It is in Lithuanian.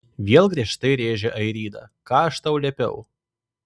vėl griežtai rėžė airida ką aš tau liepiau